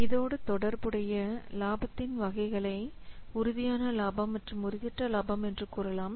இதோடு தொடர்புடைய லாபத்தின் வகைகளை உறுதியான லாபம் மற்றும் உறுதியற்ற லாபம் என்று கூறலாம்